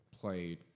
played